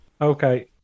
Okay